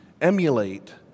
emulate